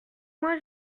mois